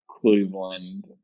Cleveland